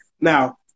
Now